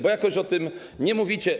Bo jakoś o tym nie mówicie.